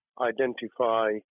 identify